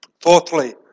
Fourthly